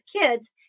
kids